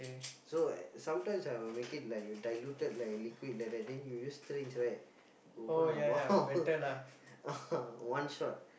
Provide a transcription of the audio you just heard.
so sometimes I will make it like diluted like liquid like that then you use syringe right then you open the mouth ah one shot